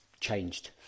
changed